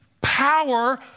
power